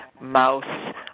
mouse